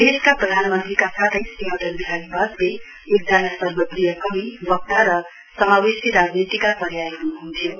देशका प्रधानमन्त्रीका साथै श्री अटल विहारी वाजपेयी एक सर्वप्रिय कवि वक्ता र समावेशी राजनीतिका पर्याप हुनुहुन्थ्यो